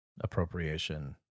appropriation